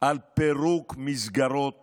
על פירוק מסגרות